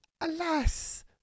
Alas